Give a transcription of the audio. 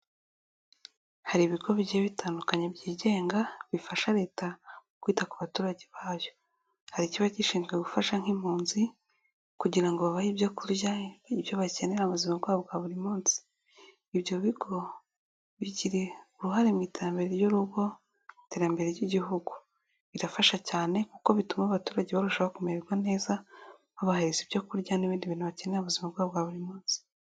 Hari ibigo bigiye bitandukanye byigenga bifasha Leta kwita ku baturage bayo. Hari ikiba gishinzwe gufasha nk'impunzi kugira ngo bahe ibyo kurya, ibyo bakenera mu buzima bwabo bwa buri munsi. Ibyo bigo bigira uruhare mu iterambere ry'urugo iterambere ry'Igihugu. Birafasha cyane kuko bituma abaturage barushaho kumererwa neza babahereza ibyo kurya n'ibindi bintu bakenera mu buzima bwabo bwa buri munsi.